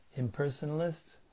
Impersonalists